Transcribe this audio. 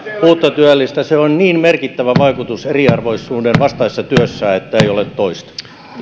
uutta työllistä sillä on niin merkittävä vaikutus eriarvoisuuden vastaisessa työssä että ei ole toista